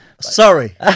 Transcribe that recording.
sorry